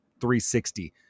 360